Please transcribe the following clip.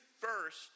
first